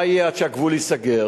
מה יהיה עד שהגבול ייסגר.